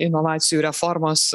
inovacijų reformos